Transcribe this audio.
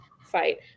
fight